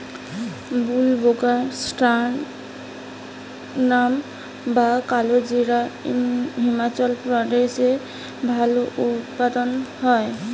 বুলবোকাস্ট্যানাম বা কালোজিরা হিমাচল প্রদেশে ভালো উৎপাদন হয়